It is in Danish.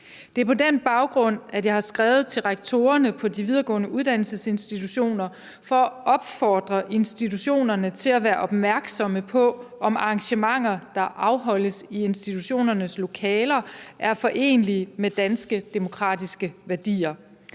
Det er på den baggrund, at jeg har skrevet til rektorerne på de videregående uddannelsesinstitutioner for at opfordre institutionerne til at være opmærksom på, om arrangementer, der afholdes i institutionernes lokaler, er forenelige med danske demokratiske værdier.